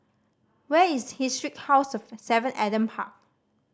where is Historic House of Seven Adam Park